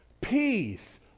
peace